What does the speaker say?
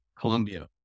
Colombia